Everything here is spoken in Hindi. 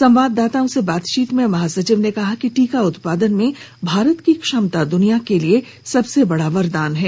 संवाददाताओं से बातचीत में महासचिव ने कहा कि टीका उत्पादन में भारत की क्षमता दुनिया के लिए सबसे बड़ा वरदान है